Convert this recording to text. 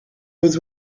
was